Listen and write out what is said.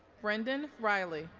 brendan reilly